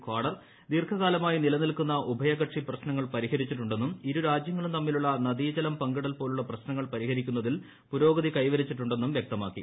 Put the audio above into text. ക്വാഡർ ദീർഘകാലമായി നിലനിൽക്കുന്ന ഉഭയകക്ഷി പ്രശ്നങ്ങൾ പരിഹരിച്ചിട്ടുണ്ടെന്നും ഇരുരാജ്യങ്ങളും തമ്മിലുള്ള നദീജലം പങ്കിടൽ പോലുള്ള പ്രശ്നങ്ങൾ പരിഹരിക്കുന്നതിൽ പുരോഗതി കൈവരിച്ചിട്ടുണ്ടെന്നും വൃക്തമാക്കി